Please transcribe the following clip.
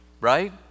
right